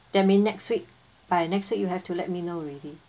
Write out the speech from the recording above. that means next week by next week you have to let me know already